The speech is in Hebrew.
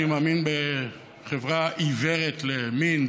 אני מאמין בחברה עיוורת למין,